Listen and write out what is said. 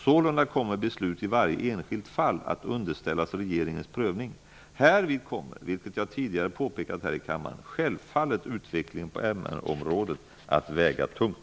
Sålunda kommer beslut i varje enskilt fall att underställas regeringens prövning. Härvid kommer, vilket jag tidigare påpekat här i kammaren, självfallet utvecklingen på MR området att väga tungt.